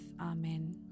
Amen